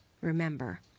Remember